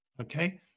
Okay